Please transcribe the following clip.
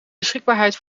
beschikbaarheid